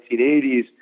1980s